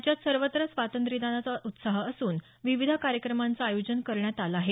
राज्यात सर्वत्र स्वातंत्र्यादनाचा उत्साह असून विविध कार्यक्रमांचं आयोजन करण्यात आलं आहे